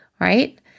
right